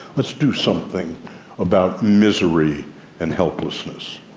let's do something about misery and helplessness.